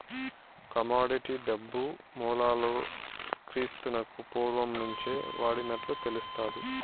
commodity డబ్బు మూలాలు క్రీస్తునకు పూర్వం నుంచే వాడినట్లు తెలుస్తాది